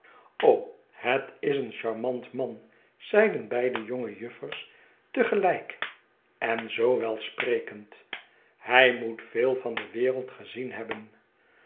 het is een charmant man zeiden beide jonge juffers te gelijk en zoo welsprekend hij moet veel van de wereld gezien hebben